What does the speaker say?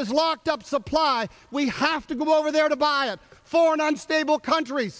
has locked up supply we have to go over there to buy it for an unstable country